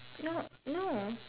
no no